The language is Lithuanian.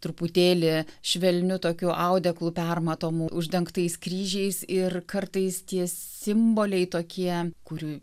truputėlį švelniu tokiu audeklu permatomu uždengtais kryžiais ir kartais tie simboliai tokie kurių